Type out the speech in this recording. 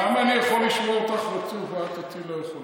למה אני יכול לשמוע אותך רצוף ואת אותי לא יכולה?